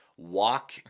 walk